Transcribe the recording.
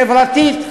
חברתית,